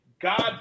God